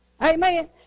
Amen